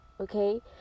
Okay